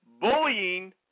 bullying